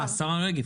השרה הרגב?